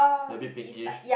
a bit pinkish